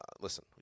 Listen